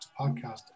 podcast